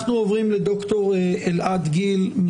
ד"ר אלעד גיל,